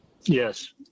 Yes